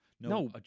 No